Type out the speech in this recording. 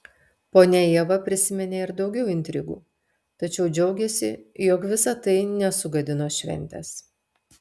ponia ieva prisiminė ir daugiau intrigų tačiau džiaugėsi jog visa tai nesugadino šventės